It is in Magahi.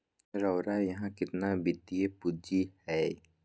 रउरा इहा केतना वित्तीय पूजी हए